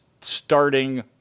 starting